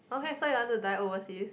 okay so you want to die overseas